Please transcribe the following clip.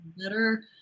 better